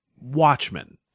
Watchmen